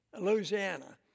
Louisiana